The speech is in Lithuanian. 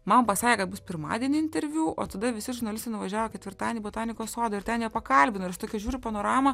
man pasakė kad bus pirmadienį interviu o tada visi žurnalistai nuvažiavo ketvirtadienį į botanikos sodą ir ten ją pakalbino ir aš tokia žiūriu panoramą